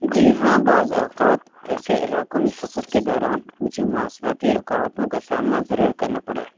جی ہاں بعض اوقات ایسے علاقوں میں سفر کے دوران مجھے مواصلاتی رکاوٹوں کا سامنا ضرور کرنا پڑا ہے